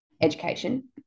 education